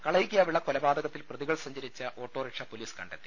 കളയിക്കാവിള കൊലപാതകത്തിൽ പ്രതികൾ സഞ്ചരിച്ച ഓട്ടോ റിക്ഷ പൊലീസ് കണ്ടെത്തി